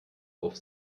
auf